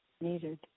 needed